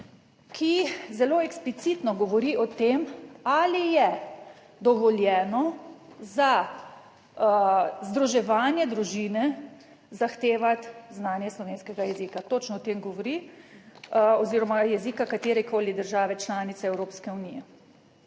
ki zelo eksplicitno govori o tem, ali je dovoljeno za združevanje družine zahtevati znanje slovenskega jezika. Točno o tem govori oziroma jezika katerekoli države članice Evropske unije.